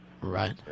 Right